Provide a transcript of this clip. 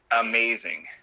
amazing